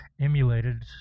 emulated